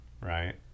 right